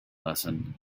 lesson